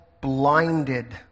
blinded